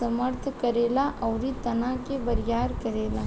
समर्थन करेला अउरी तना के बरियार करेला